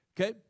Okay